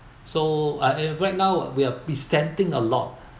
so I am right now we're presenting a lot